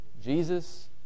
Jesus